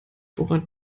woran